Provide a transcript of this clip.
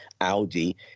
audi